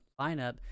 lineup